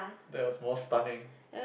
that was more stunning